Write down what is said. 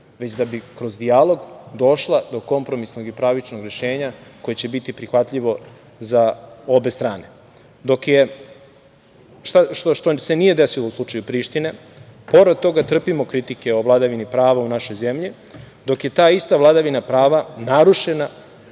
već da bi kroz dijalog došla do kompromisnog i pravičnog rešenja koji će biti prihvatljiv za obe strane, što se nije desilo u slučaju Prištine. Pored toga, trpimo kritike o vladavini prava u našoj zemlji, dok je ta ista vladavina prava narušena